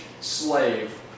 slave